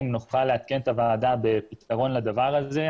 נוכל לעדכן את הוועדה בפתרון לדבר הזה,